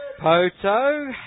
Poto